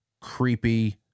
creepy